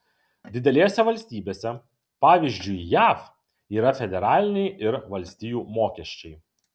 didelėse valstybėse pavyzdžiui jav yra federaliniai ir valstijų mokesčiai